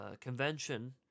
convention